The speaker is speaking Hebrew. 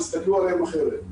תסתכלו עליהם אחרת.